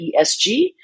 esg